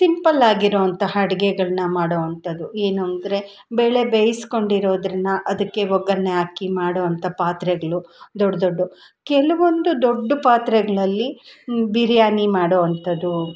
ಸಿಂಪಲ್ಲಾಗಿರುವಂಥ ಅಡ್ಗೆಗಳ್ನ ಮಾಡೊವಂಥದು ಏನು ಅಂದರೆ ಬೇಳೆ ಬೇಯಿಸ್ಕೊಂಡಿರೋದನ್ನ ಅದಕ್ಕೆ ಒಗ್ಗರ್ಣೆ ಹಾಕಿ ಮಾಡೋವಂಥ ಪಾತ್ರೆಗಳು ದೊಡ್ಡ ದೊಡ್ಡ ಕೆಲವೊಂದು ದೊಡ್ಡ ಪಾತ್ರೆಗಳಲ್ಲಿ ಬಿರಿಯಾನಿ ಮಾಡೋ ಅಂಥದೂ